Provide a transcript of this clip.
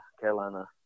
Carolina